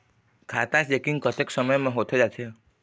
खाता चेकिंग कतेक समय म होथे जाथे?